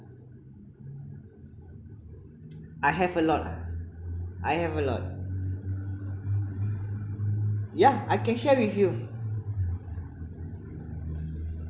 I have a lot ah I have a lot yeah I can share with you